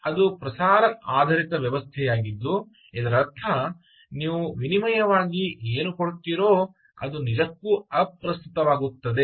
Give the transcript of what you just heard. ಅದು ಪ್ರಸಾರ ಆಧಾರಿತ ವ್ಯವಸ್ಥೆಯಾಗಿದ್ದು ಇದರರ್ಥ ನೀವು ವಿನಿಮಯವಾಗಿ ಏನು ಕೊಡುತ್ತೀರೋ ಅದು ನಿಜಕ್ಕೂ ಅಪ್ರಸ್ತುತವಾಗುತ್ತದೆ